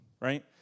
right